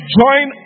join